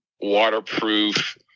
waterproof